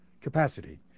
capacity